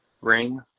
Ring